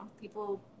people